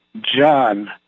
John